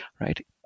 right